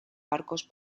barcos